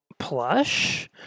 plush